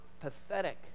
pathetic